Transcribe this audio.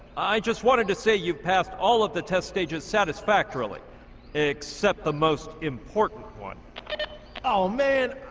i just wanted to say you've passed all of the test stages satisfactorily except the most important one oh man,